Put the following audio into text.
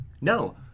No